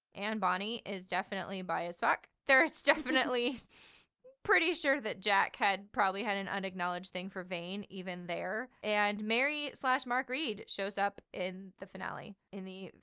anne bonny is definitely bi as fuck. there isdefinitely pretty sure that jack had probably had an unacknowledged thing for vane even there. and mary slash mark read shows up in the finale, in the,